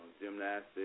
gymnastics